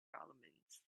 developments